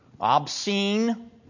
obscene